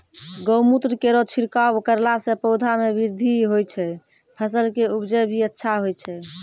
गौमूत्र केरो छिड़काव करला से पौधा मे बृद्धि होय छै फसल के उपजे भी अच्छा होय छै?